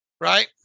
right